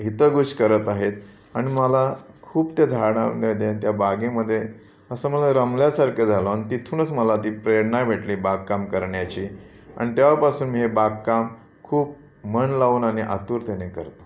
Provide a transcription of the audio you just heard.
हितगुज करत आहेत आणि मला खूप त्या झाडामध्ये आणि त्या बागेमध्ये असं मला रमल्यासारखं झालं आणि तिथूनच मला ती प्रेरणा भेटली बागकाम करण्याची आणि तेव्हापासून मी हे बागकाम खूप मन लावून आणि आतुरतेने करतो